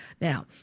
Now